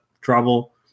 trouble